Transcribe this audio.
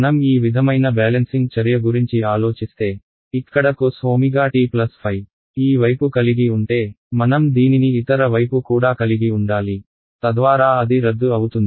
మనం ఈ విధమైన బ్యాలెన్సింగ్ చర్య గురించి ఆలోచిస్తే ఇక్కడ cos ω t ϕ ఈ వైపు కలిగి ఉంటే మనం దీనిని ఇతర వైపు కూడా కలిగి ఉండాలి తద్వారా అది రద్దు అవుతుంది